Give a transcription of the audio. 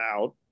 out